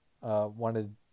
wanted